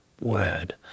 word